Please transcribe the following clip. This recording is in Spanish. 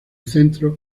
centro